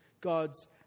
God's